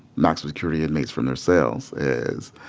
maximum security inmates from their cells is,